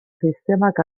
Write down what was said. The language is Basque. sistemak